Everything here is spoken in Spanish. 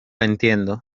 entiendo